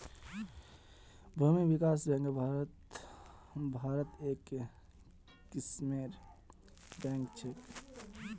भूमि विकास बैंक भारत्त एक किस्मेर बैंक छेक